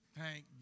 Thank